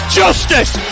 justice